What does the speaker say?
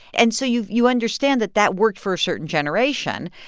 and so you you understand that that worked for a certain generation.